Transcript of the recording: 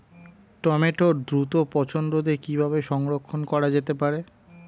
টমেটোর দ্রুত পচনরোধে কিভাবে সংরক্ষণ করা যেতে পারে?